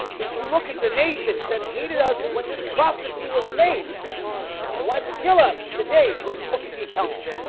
if you look at the nations that hated us when this prophecy was made they wanted to kill us today. let's look at the accounting.